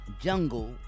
Jungle